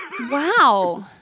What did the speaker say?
Wow